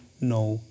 no